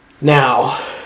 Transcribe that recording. Now